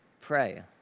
pray